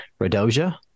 Radoja